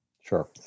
sure